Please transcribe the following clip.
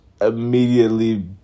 immediately